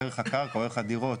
ערך הקרקע וערך הדירות